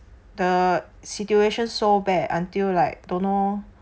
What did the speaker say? the situation so bad until like don't know